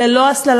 ללא השכלה,